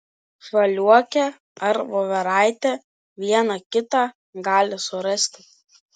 žaliuokę ar voveraitę vieną kitą gali surasti